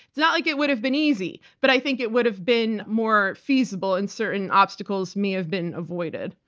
it's not like it would have been easy, but i think it would have been more feasible and certain obstacles may have been avoided.